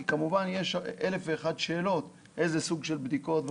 כי כמובן יש אלף ואחת שאלות איזה סוג של בדיקות וכדומה,